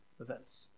events